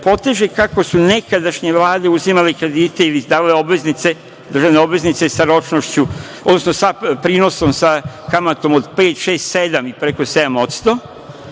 poteže kako su nekadašnje vlade uzimale kredite ili davale obveznice, državne obveznice sa ročnošću, odnosno sa prinosom, sa kamatom od pet, šest,